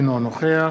אינו נוכח